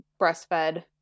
breastfed